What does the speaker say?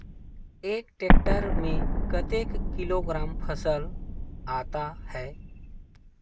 एक टेक्टर में कतेक किलोग्राम फसल आता है?